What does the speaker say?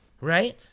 Right